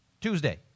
Tuesday